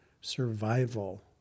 survival